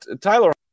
Tyler